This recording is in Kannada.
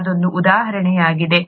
ಅದೊಂದು ಉದಾಹರಣೆಯಾಗಿತ್ತು